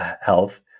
health